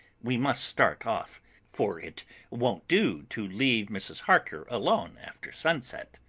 we must start off for it won't do to leave mrs. harker alone after sunset.